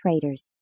traders